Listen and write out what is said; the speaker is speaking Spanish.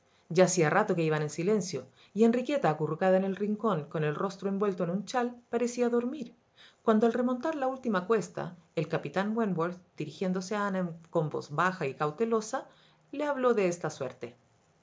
ya hacía rato que iban en silencio y enriqueta acurrucada en el rincón con el rostro envuelto en un chai parecía dormir cuando al remontar la última cuesta el capitán wentworth dirigiéndose a ana con voz baja y cautelosa le habló de esta suerte he